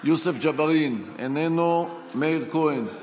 יוסף ג'בארין, איננו, מאיר כהן,